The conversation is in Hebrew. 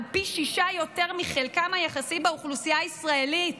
והוא פי שישה יותר מחלקם היחסי באוכלוסייה הישראלית.